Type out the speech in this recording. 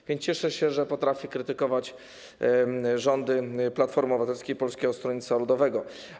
A więc cieszę się, że potrafi krytykować rządy Platformy Obywatelskiej i Polskiego Stronnictwa Ludowego.